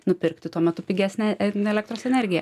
nupirkti tuo metu pigesnę el elektros energiją